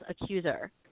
accuser